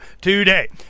today